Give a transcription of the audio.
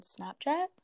Snapchat